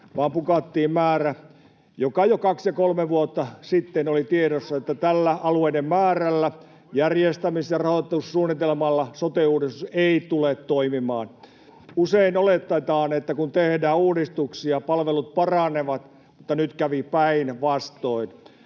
vaan haluttiin 21 plus Helsinki. Jo kaksi kolme vuotta sitten tiedossa oli, että tällä aluemäärällä ja järjestämis- ja rahoitussuunnitelmalla sote-uudistus ei tule toimimaan. Usein oletetaan, että kun tehdään uudistuksia, palvelut paranevat. Nyt kävi päinvastoin: